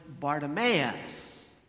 Bartimaeus